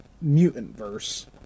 mutant-verse